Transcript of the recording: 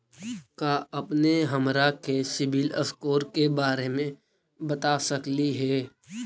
का अपने हमरा के सिबिल स्कोर के बारे मे बता सकली हे?